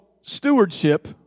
stewardship